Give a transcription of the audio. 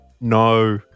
No